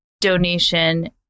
donation